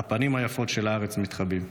הפנים היפות של הארץ מתחבאים.